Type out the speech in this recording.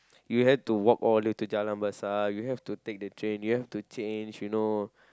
you have to walk all the way to Jalan-Besar you have to take the train you have to change you know